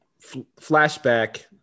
flashback